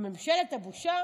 בממשלת הבושה